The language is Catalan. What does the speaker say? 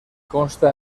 consta